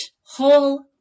whole